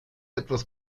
etwas